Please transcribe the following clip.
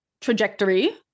trajectory